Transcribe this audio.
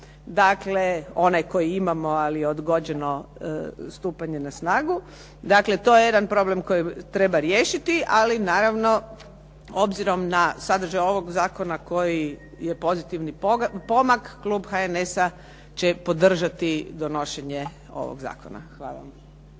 dakle onaj koji imamo ali je odgođeno stupanje na snagu. Dakle, to je jedan problem koji treba riješiti ali naravno obzirom na sadržaj ovog zakona koji je pozitivni pomak klub HNS-a će podržati donošenje ovog zakona. Hvala vam